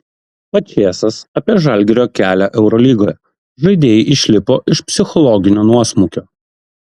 pačėsas apie žalgirio kelią eurolygoje žaidėjai išlipo iš psichologinio nuosmukio